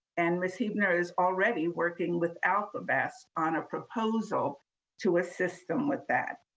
and miss heubner is already working with alfabest on a proposal to assist them with that.